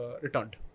returned